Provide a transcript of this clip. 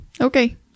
okay